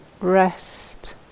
rest